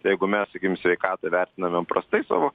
jeigu mes sakykim sveikatą vertiname prastai savo